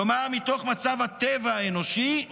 כלומר, מתוך מצב הטבע האנושי,